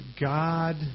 God